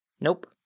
Nope